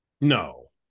No